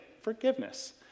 forgiveness